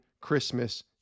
Christmas